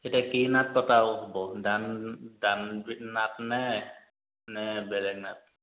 এতিয়া কি নাট পতাও হ'ব দান দান বিট নাট নে নে বেলেগ নাট